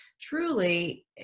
truly